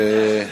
במליאה.